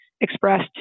expressed